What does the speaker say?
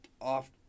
off